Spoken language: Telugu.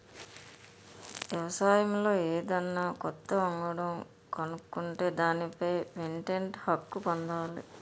వ్యవసాయంలో ఏదన్నా కొత్త వంగడం కనుక్కుంటే దానిపై పేటెంట్ హక్కు పొందాలి